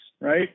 right